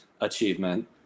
achievement